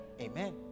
Amen